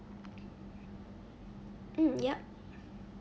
mm yup